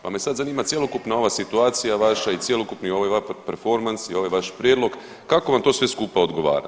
Pa me sad zanima cjelokupno ova situacija vaša i cjelokupni ovaj ... performans i ovaj vaš prijedlog kako vam to sve skupa odgovara?